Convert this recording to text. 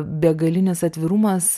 begalinis atvirumas